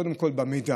קודם כול במידע,